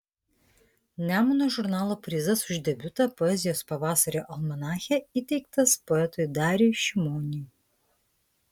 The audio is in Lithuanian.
nemuno žurnalo prizas už debiutą poezijos pavasario almanache įteiktas poetui dariui šimoniui